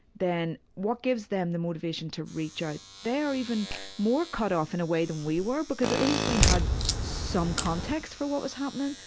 then what gives them the motivation to reach out? they're even more cut off in a way then we were, because at least we had some context for what was happening.